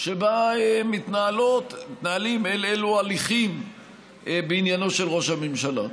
שבה מתנהלים אי אילו הליכים בעניינו של ראש הממשלה.